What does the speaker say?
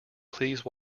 please